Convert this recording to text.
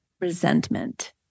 resentment